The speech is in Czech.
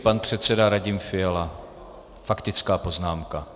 Pan předseda Radim Fiala faktická poznámka.